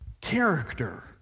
character